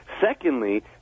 Secondly